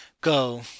Go